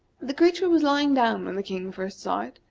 the creature was lying down when the king first saw it,